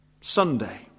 Sunday